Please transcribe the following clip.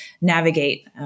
navigate